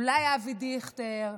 אולי אבי דיכטר,